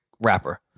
rapper